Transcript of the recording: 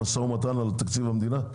במשא ומתן על תקציב המדינה?